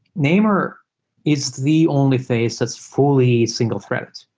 namer is the only phase that's fully single-threated,